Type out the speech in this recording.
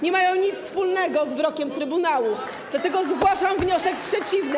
nie mają nic wspólnego z wyrokiem trybunału, dlatego zgłaszam wniosek przeciwny.